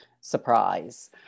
surprise